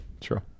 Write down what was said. true